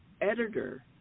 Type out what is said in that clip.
editor